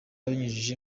abinyujije